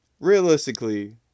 realistically